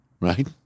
Right